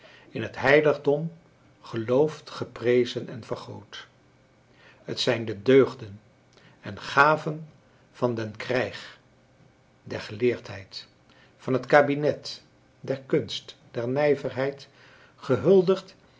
in het heiligdom geloofd geprezen en vergood het zijn de deugden en gaven van den krijg der geleerdheid van het kabinet der kunst der nijverheid gehuldigd